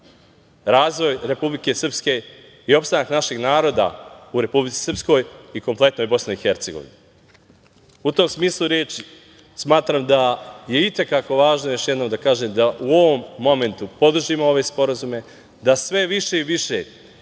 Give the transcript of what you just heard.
razvoj Republike Srpske i opstanak našeg naroda u Republici Srpskoj i kompletnoj BiH.U tom smislu reči, smatram da je i te kako važno još jednom da kažem, da u ovom momentu podržimo ove sporazume, da sve više i više